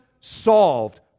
solved